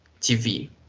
tv